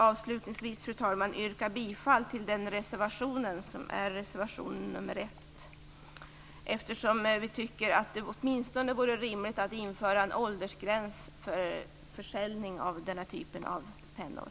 Avslutningsvis, fru talman, yrkar jag bifall till den reservationen, som är reservation nr 1. Vi tycker att det åtminstone vore rimligt att införa en åldersgräns för försäljning av den här typen av pennor.